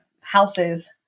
houses